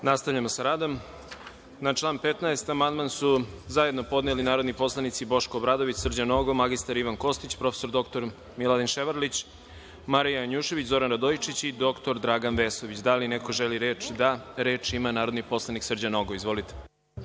Nastavljamo sa radom. Na član 15. amandman su zajedno podneli narodni poslanici Boško Obradović, Srđan Nogo, mr Ivan Kostić, prof. dr Miladin Ševarlić, Marija Janjušević, Zoran Radojičić i dr Dragan Vesović. Da li neko želi reč? (Da.)Reč ima narodni poslanik Srđan Nogo. Izvolite.